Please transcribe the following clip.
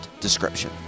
description